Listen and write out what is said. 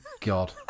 God